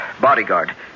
Bodyguard